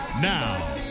Now